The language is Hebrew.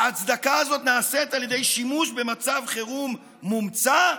ההצדקה הזאת נעשית על ידי שימוש במצב חירום מומצא,